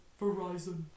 Verizon